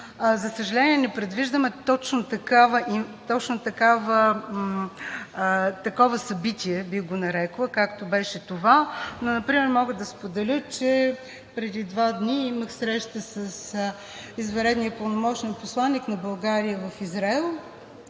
За съжаление, не предвиждаме точно такова събитие, бих го нарекла, както беше това. Например мога да споделя, че преди два дни имах среща с извънредния и пълномощен посланик на България в Израел